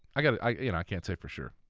i you know i can't say for sure,